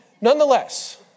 nonetheless